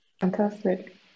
Fantastic